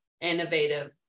innovative